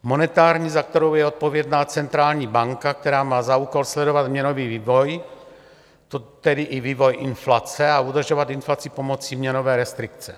Monetární, za kterou je odpovědná centrální banka, která má za úkol sledovat měnový vývoj, tedy i vývoj inflace, a udržovat inflaci pomocí měnové restrikce.